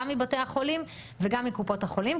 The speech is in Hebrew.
גם מבתי החולים וגם מקופות החולים.